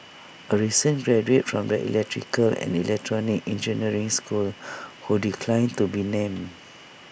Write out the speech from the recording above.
A recent graduate from the electrical and electronic engineering school who declined to be named